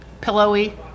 pillowy